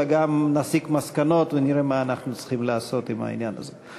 אלא גם נסיק מסקנות ונראה מה אנחנו צריכים לעשות בעניין הזה.